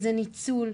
שזה ניצול,